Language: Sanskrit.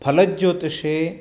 फलज्योतिषे